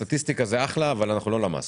סטטיסטיקה זה אחלה, אבל אנחנו לא למ"ס.